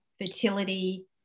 fertility